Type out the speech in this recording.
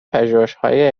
پژوهشهای